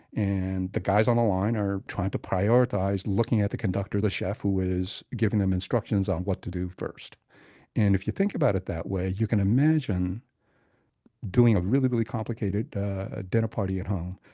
and the guys on the line are trying to prioritize, looking at the conductor, the chef, who is giving them instructions on what to do first and if you think about it that way, you can imagine doing a really, really complicated dinner party at home.